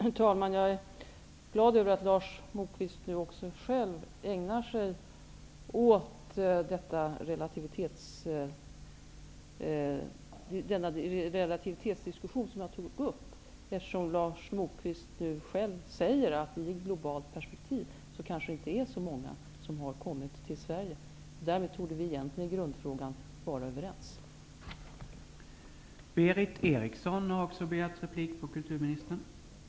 Herr talman! Jag är glad över att Lars Moquist nu själv ägnar sig åt den relativitetsdiskussion som jag tog upp. Lars Moquist säger att det i ett globalt perspektiv kanske inte är så många som har kommit till Sverige. Därmed torde vi egentligen vara överens i grundfrågan.